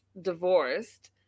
divorced